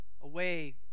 away